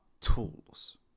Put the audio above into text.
tools